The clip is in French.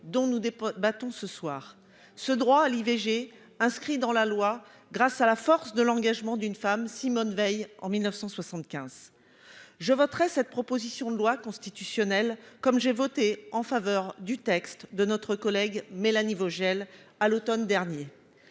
dont nous débattons ce soir. Ce droit à l'IVG a été inscrit dans la loi grâce à la force de l'engagement d'une femme, Simone Veil, en 1975. Je voterai cette proposition de loi constitutionnelle, comme j'ai voté en faveur du texte de notre collègue Mélanie Vogel à l'automne dernier.